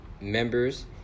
members